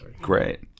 Great